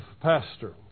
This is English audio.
Pastor